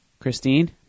Christine